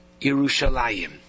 Yerushalayim